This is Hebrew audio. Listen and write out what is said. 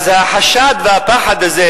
אז החשד והפחד הזה,